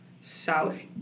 South